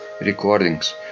recordings